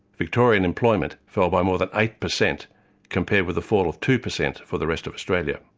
victorian employment fell by more than eight percent compared with a fall of two percent for the rest of australia.